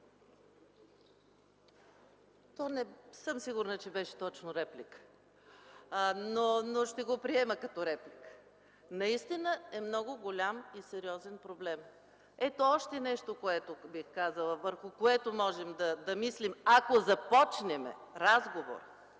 Не съм сигурна, че беше точно реплика, но ще го приема като реплика. Наистина е много голям и сериозен проблемът. Ето още нещо, което бих казала, върху което можем да мислим, ако започнем разговор